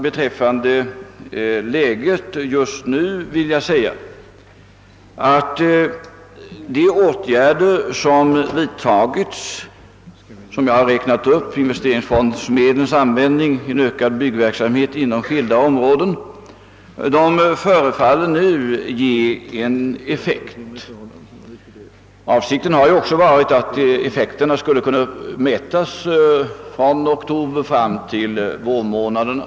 Beträffande läget just nu vill jag säga att de åtgärder som jag här räknat upp — investeringsfondsmedlens användning och ökad byggverksamhet på skilda områden — förefaller ge effekt. Avsikten har varit att effekten skulle kunna mätas från oktober fram till vårmånaderna.